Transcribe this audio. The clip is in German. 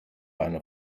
eine